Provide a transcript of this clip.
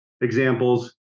examples